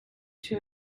two